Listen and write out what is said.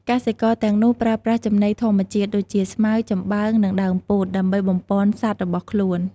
កសិករទាំងនោះប្រើប្រាស់ចំណីធម្មជាតិ ដូចជា ស្មៅ ចំបើង និង ដើមពោត ដើម្បីបំប៉នសត្វរបស់ខ្លួន។